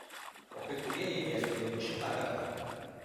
o kai kurie į indiją skrido jau dešimtą kartą